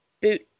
boot